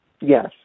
Yes